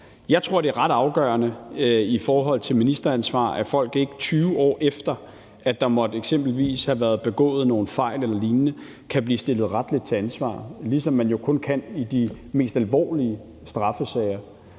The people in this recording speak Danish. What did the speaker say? Jeg tror, det er ret afgørende i forhold til ministeransvar, at folk ikke, 20 år efter at der eksempelvis måtte være blevet begået nogle fejl eller lignende, kan blive stillet retligt til ansvar, ligesom man jo kun kan det i de mest alvorlige straffesager.